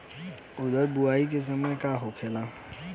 उरद बुआई के समय का होखेला?